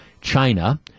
China